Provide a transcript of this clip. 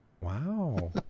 Wow